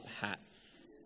hats